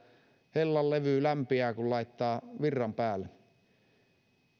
hellan levy lämpiää kun laittaa virran päälle